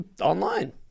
online